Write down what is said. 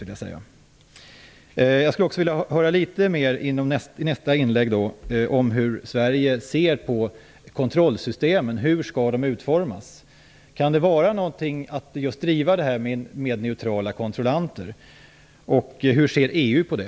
I nästa inlägg skulle jag vilja höra litet mer om hur Sverige ser på kontrollsystem och hur de skall utformas. Kan detta med neutrala kontrollanter vara något att driva? Hur ser EU på det?